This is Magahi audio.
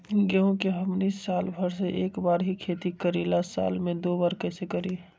गेंहू के हमनी साल भर मे एक बार ही खेती करीला साल में दो बार कैसे करी?